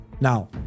Now